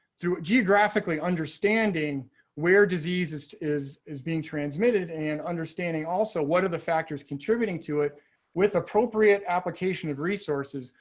through geographically understanding where diseases is is being transmitted and understanding also. what are the factors contributing to it with appropriate application of resources,